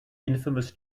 infamous